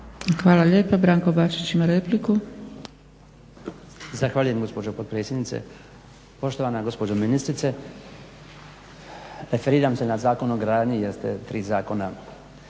Hvala lijepa. Branko Bačić ima repliku. **Bačić, Branko (HDZ)** Zahvaljujem gospođo potpredsjednice. Poštovana gospođo ministrice referiram se na Zakon o gradnji jer ste tri zakona